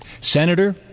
Senator